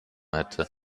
hätte